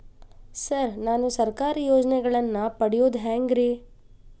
Sir ನಾನು ಸರ್ಕಾರ ಯೋಜೆನೆಗಳನ್ನು ಪಡೆಯುವುದು ಹೆಂಗ್ರಿ?